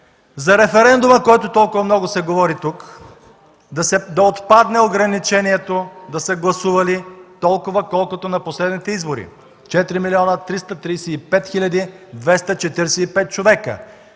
ред. За него толкова много се говори тук – да отпадне ограничението да са гласували толкова, колкото на последните избори – 4 млн. 335 хил. 245 човека?